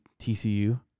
TCU